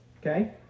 Okay